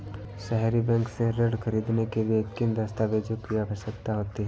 सहरी बैंक से ऋण ख़रीदने के लिए किन दस्तावेजों की आवश्यकता होती है?